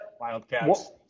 Wildcats